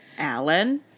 Alan